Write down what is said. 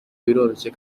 biroroshye